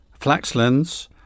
Flaxlands